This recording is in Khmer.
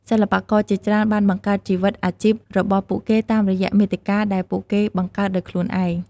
សិល្បករជាច្រើនបានបង្កើតជីវិតអាជីពរបស់ពួកគេតាមរយៈមាតិកាដែលពួកគេបង្កើតដោយខ្លួនឯង។